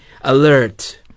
alert